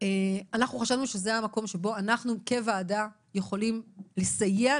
אנחנו חשבנו שזה המקום שבו אנחנו כוועדה יכולים לסייע,